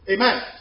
Amen